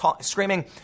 screaming